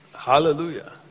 Hallelujah